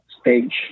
stage